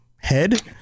head